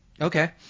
Okay